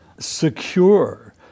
secure